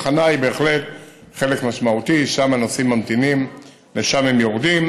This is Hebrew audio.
התחנה היא בהחלט חלק משמעותי: שם הנוסעים ממתינים ושם הם יורדים,